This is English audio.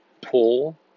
pull